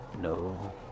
No